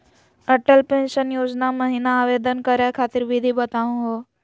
Atal pension Yojana महिना आवेदन करै खातिर विधि बताहु हो?